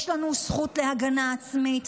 יש לנו זכות להגנה עצמית,